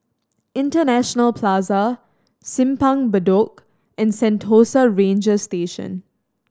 International Plaza Simpang Bedok and Sentosa Ranger Station